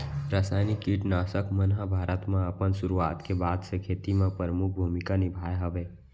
रासायनिक किट नाशक मन हा भारत मा अपन सुरुवात के बाद से खेती मा परमुख भूमिका निभाए हवे